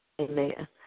Amen